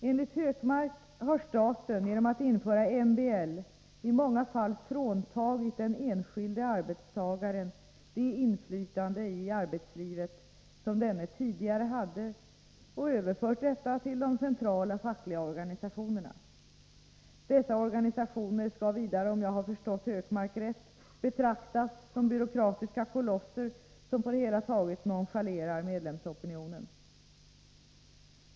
Enligt Hökmark har staten genom att införa MBL i många fall fråntagit den enskilde arbetstagaren det inflytande i arbetslivet som denne tidigare hade och överfört detta till de centrala fackliga organisationerna. Dessa organisationer skall vidare, om jag har förstått Hökmark rätt, betraktas som byråkratiska kolosser som på det hela taget nonchalerar medlemsopinionen.